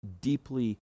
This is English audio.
deeply